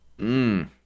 Mmm